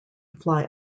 fly